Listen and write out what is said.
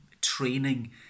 training